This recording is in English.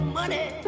money